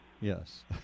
Yes